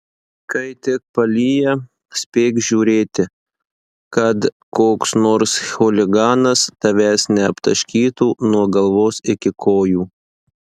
kai tik palyja spėk žiūrėti kad koks nors chuliganas tavęs neaptaškytų nuo galvos iki kojų